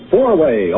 Four-way